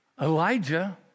Elijah